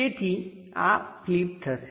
તેથી આ ફ્લિપ થશે